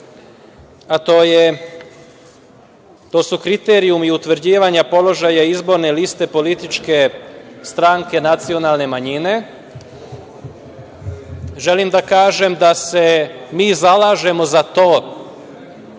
a to su kriterijumi utvrđivanja položaja izborne liste političke stranke nacionalne manjine, želim da kažem da se mi zalažemo za to